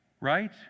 Right